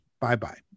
Bye-bye